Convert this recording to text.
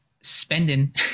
spending